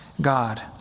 God